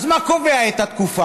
אז מה קובע את התקופה?